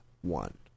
one